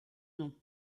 nom